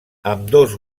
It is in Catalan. ambdós